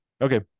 Okay